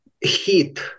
heat